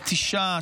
מתישה,